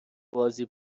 بازی